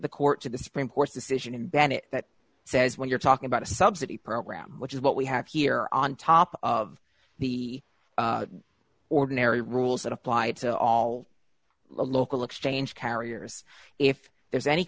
the court to the supreme court's decision in bennett that says when you're talking about a subsidy program which is what we have here on top of the ordinary rules that apply to all local exchange carriers if there's any